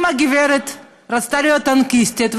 אם הגברת רצתה להיות טנקיסטית,